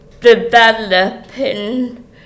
developing